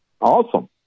Awesome